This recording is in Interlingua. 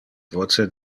voce